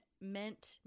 meant